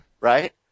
Right